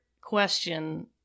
question